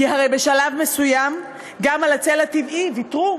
כי הרי בשלב מסוים גם על הצל הטבעי ויתרו,